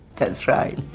that's right.